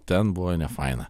ten buvo nefaina